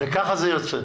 וככה זה יוצא.